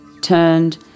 turned